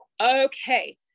okay